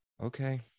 Okay